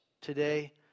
today